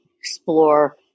explore